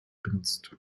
benutzt